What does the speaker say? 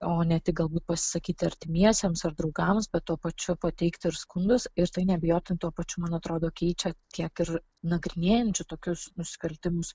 o ne tik galbūt pasakyti artimiesiems ar draugams bet tuo pačiu pateikti ir skundus ir tai neabejotinai tuo pačiu man atrodo keičia tiek ir nagrinėjančių tokius nusikaltimus